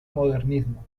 modernismo